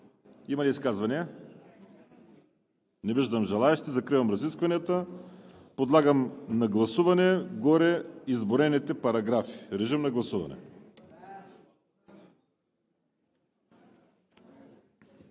Има ли изказвания? Не виждам желаещи. Закривам разискванията. Подлагам на гласуване гореизброените параграфи. Гласували